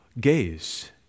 gaze